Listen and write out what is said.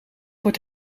wordt